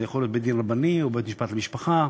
זה יכול להיות בית-דין רבני או בית-משפט לענייני משפחה,